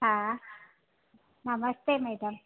हा नमस्ते मैडम